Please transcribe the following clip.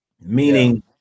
meaning